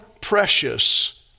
precious